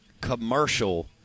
commercial